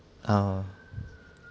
ah